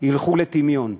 תרד לטמיון.